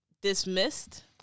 dismissed